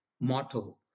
motto